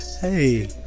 Hey